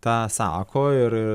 tą sako ir